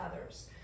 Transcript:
others